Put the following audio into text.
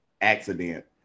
accident